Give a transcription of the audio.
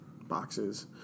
boxes